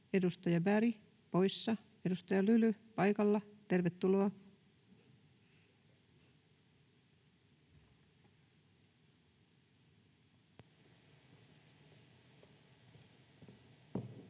edustaja Berg poissa. — Edustaja Lyly paikalla, tervetuloa. Arvoisa